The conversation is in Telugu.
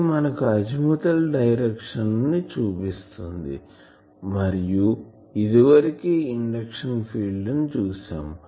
ఇది మనకు అజిముథాల్ డైరెక్షన్ని చూపిస్తుంది మరియు ఇది వరకే ఇండక్షన్ ఫీల్డ్ ని చూసాం